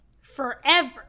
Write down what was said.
forever